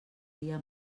dia